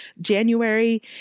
January